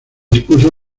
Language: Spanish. dispuso